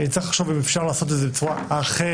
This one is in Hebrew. צריך לחשוב האם אפשר לעשות את זה בצורה אחרת,